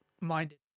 minded